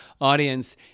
audience